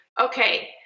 okay